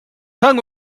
tongue